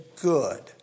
good